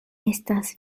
estas